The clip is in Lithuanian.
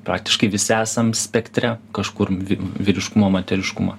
praktiškai visi esam spektre kažkur vy vyriškumo moteriškumo